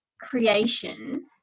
creation